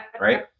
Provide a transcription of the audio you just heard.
Right